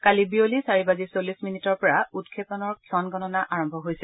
কালি বিয়লি চাৰি বাজি চল্লিশ মিনিটৰ পৰা উৎক্ষেপনৰ ক্ষণ গণনা আৰম্ভ হৈছে